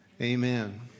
amen